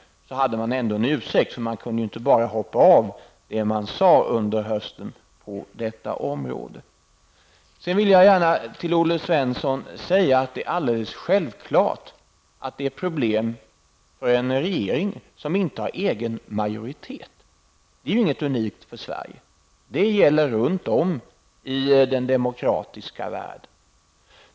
Då hade man ändå en ursäkt, eftersom man inte bara kunde hoppa av det man sade under hösten på detta område. Till Olle Svensson vill jag gärna säga att det är självklart att det är problem för en regering som inte har egen majoritet. Det är inget unikt för Sverige. Det gäller runt om i den demokratiska världen.